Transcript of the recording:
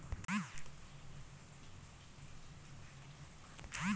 আধুনিক চাষ পদ্ধতিতে হাইব্রিড বীজ উৎপাদন অনেক বেশী প্রাধান্য পাচ্ছে